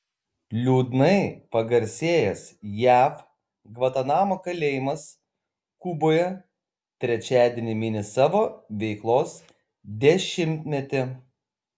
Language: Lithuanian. liūdnai pagarsėjęs jav gvantanamo kalėjimas kuboje trečiadienį mini savo veiklos dešimtmetį